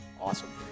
awesome